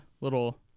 little